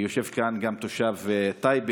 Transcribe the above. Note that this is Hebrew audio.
יושב כאן גם תושב טייבה,